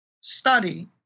study